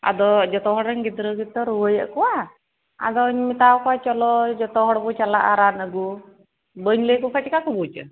ᱟᱫᱚ ᱡᱚᱛᱚ ᱦᱚᱲ ᱨᱮᱱ ᱜᱤᱫᱽᱨᱟᱹ ᱜᱮᱛᱚ ᱨᱩᱣᱟᱹᱭᱮᱫ ᱠᱚᱣᱟ ᱟᱫᱚᱧ ᱢᱮᱛᱟ ᱟᱠᱚᱣᱟ ᱪᱚᱞᱚ ᱡᱚᱛᱚ ᱦᱚᱲ ᱵᱚᱱ ᱪᱟᱞᱟᱜᱼᱟ ᱨᱟᱱ ᱟᱹᱜᱩ ᱵᱟᱹᱧ ᱞᱟᱹᱭ ᱟᱠᱚ ᱠᱷᱚᱱ ᱪᱤᱠᱟᱹ ᱠᱚ ᱵᱩᱡᱟ